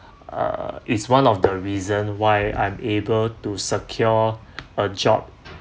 uh is one of the reason why I'm able to secure a job